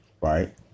right